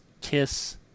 Kiss